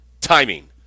timing